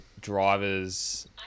drivers